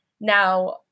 Now-